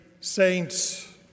saints